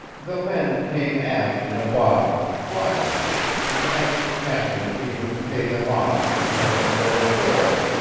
the men came aft in a body, quiet enough, and asked the captain if he wouldn't pay them off, and let them go ashore.